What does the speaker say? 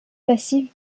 passive